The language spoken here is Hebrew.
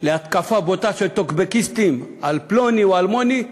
על התקפה בוטה של טוקבקיסטים על פלוני או אלמוני,